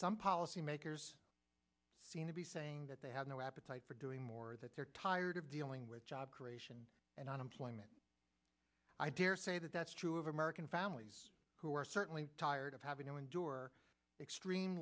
some policymakers seem to be saying that they have no appetite for doing more that they're tired of dealing with job creation and unemployment i daresay that that's true of american families who are certainly tired of having to endure extreme